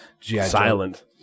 Silent